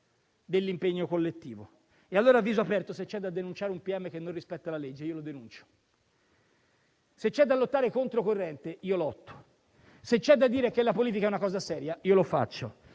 dell'impegno collettivo. E allora, a viso aperto, se c'è da denunciare un pubblico ministero che non rispetta la legge, io lo denuncio. Se c'è da lottare contro corrente, io lotto. Se c'è da dire che la politica è una cosa seria, io lo faccio,